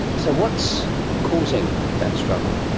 so what's causing that struggle?